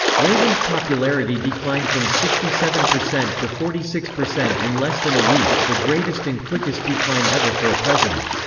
reagan's popularity declined from sixty seven percent to forty six percent in less than a week, the greatest and quickest decline ever for a president.